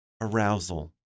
arousal